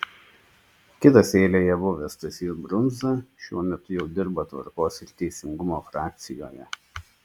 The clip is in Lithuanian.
kitas eilėje buvęs stasys brundza šiuo metu jau dirba tvarkos ir teisingumo frakcijoje